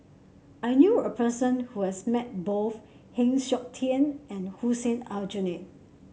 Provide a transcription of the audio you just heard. I knew a person who has met both Heng Siok Tian and Hussein Aljunied